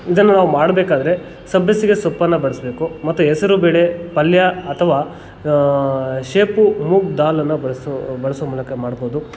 ಇದನ್ನು ನಾವು ಮಾಡಬೇಕಾದ್ರೆ ಸಬ್ಬಸಿಗೆ ಸೊಪ್ಪನ್ನು ಬಳಸಬೇಕು ಮತ್ತು ಹೆಸರುಬೇಳೆ ಪಲ್ಯ ಅಥವಾ ಶೇಪು ಮೂಗ್ ದಾಲನ್ನು ಬಳಸೊ ಬಳಸೊ ಮೂಲಕ ಮಾಡ್ಬೌದು